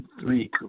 Three